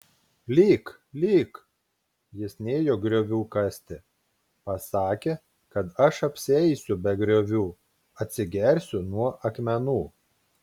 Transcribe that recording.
lyk lyk jis nėjo griovių kasti pasakė kad aš apsieisiu be griovių atsigersiu nuo akmenų